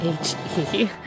H-E